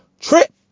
trip